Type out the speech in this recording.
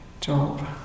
job